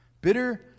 Bitter